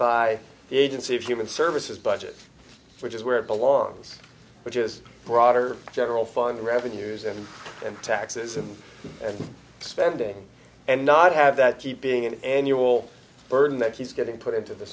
by the agency of human services budget which is where it belongs which is broader general fund revenues and then taxes and spending and not have that keep being an annual burden that he's getting put into the